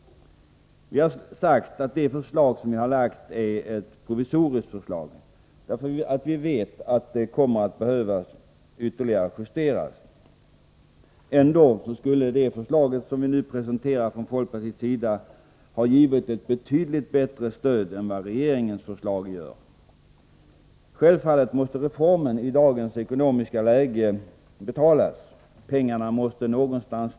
Vi har sagt att det förslag vi lagt fram är ett provisoriskt förslag. Vi vet att det kommer att behöva justeras ytterligare. Ändå skulle det förslag vi nu presenterar från folkpartiets sida ge ett betydligt bättre stöd än vad regeringens förslag gör. Självfallet måste reformen i dagens ekonomiska läge betalas. Pengarna måste tas någonstans.